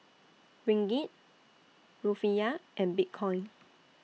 Ringgit Rufiyaa and Bitcoin